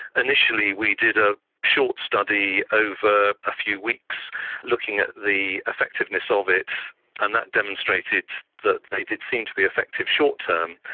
initially we did a short study over a few weeks looking at the effectiveness of it and that demonstrated that they did seem to be effective short term.